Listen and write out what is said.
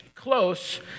close